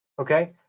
Okay